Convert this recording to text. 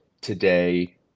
today